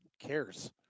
Cares